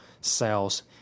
cells